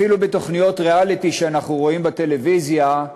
אפילו בתוכניות ריאליטי שאנחנו רואים בטלוויזיה,